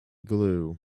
glue